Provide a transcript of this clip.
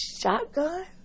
shotgun